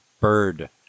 Bird